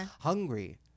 Hungry